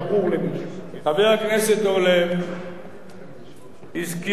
חבר הכנסת אורלב הזכיר לי נשכחות,